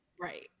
Right